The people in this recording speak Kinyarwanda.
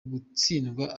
gutsindwa